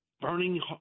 burning